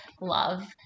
love